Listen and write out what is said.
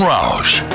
Roush